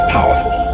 Powerful